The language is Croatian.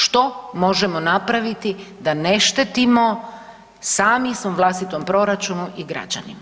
Što možemo napraviti da ne štetimo sami svom vlastitom proračunu i građanima.